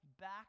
back